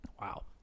Wow